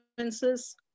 influences